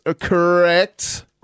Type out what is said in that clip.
correct